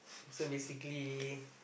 so basically